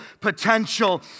potential